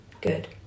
Good